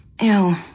Ew